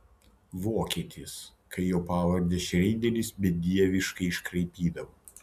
vokietis kai jo pavardę šreideris bedieviškai iškraipydavo